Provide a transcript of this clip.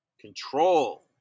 Control